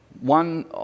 one